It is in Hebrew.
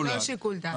ללא שיקול דעת.